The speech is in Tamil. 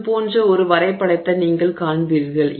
அது போன்ற ஒரு வரைபடத்தை நீங்கள் காண்பீர்கள்